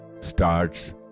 starts